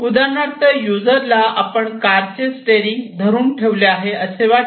उदाहरणार्थ युजरला आपण कारचे स्टेरिंग व्हील धरून ठेवले आहे असे वाटते